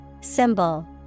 Symbol